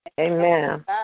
Amen